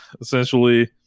Essentially